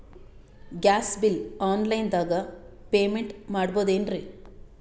Gas bill online ದಾಗ payment ಮಾಡಬೋದೇನ್ರಿ?